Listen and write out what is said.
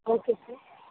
okay sir